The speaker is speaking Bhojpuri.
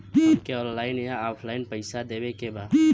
हमके ऑनलाइन या ऑफलाइन पैसा देवे के बा?